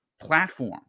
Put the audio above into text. platform